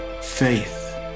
Faith